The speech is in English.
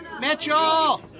Mitchell